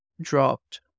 dropped